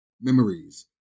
memories